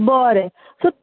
बरें सो